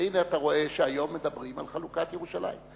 והנה, אתה רואה שהיום מדברים על חלוקת ירושלים.